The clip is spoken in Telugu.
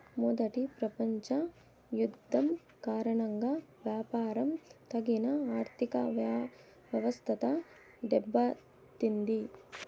మొదటి ప్రపంచ యుద్ధం కారణంగా వ్యాపారం తగిన ఆర్థికవ్యవస్థ దెబ్బతింది